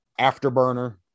Afterburner